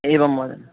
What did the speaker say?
एवं महोदय